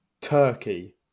Turkey